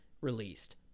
released